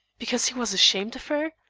because he was ashamed of her?